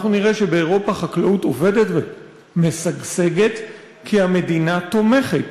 בעולם ואנחנו נראה שבאירופה החקלאות עובדת ומשגשגת כי המדינה תומכת,